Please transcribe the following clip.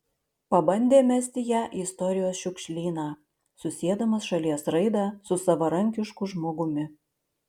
pabandė mesti ją į istorijos šiukšlyną susiedamas šalies raidą su savarankišku žmogumi